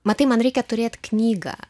matai man reikia turėt knygą